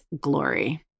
glory